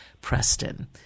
Preston